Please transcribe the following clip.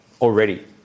already